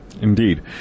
Indeed